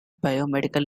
biomedical